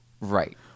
Right